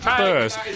first